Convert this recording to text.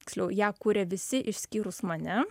tiksliau ją kūrė visi išskyrus mane